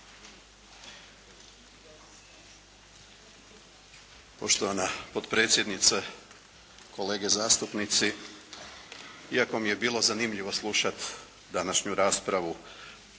Poštovana potpredsjednice, kolege zastupnici. Iako mi je bilo zanimljivo slušati današnju raspravu